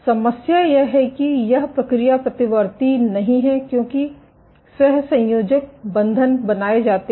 समस्या यह है कि यह प्रक्रिया प्रतिवर्ती नहीं है क्योंकि सहसंयोजक बंधन बनाए जाते हैं